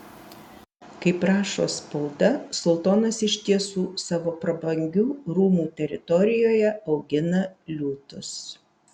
kaip rašo spauda sultonas iš tiesų savo prabangių rūmų teritorijoje augina liūtus